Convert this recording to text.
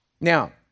Now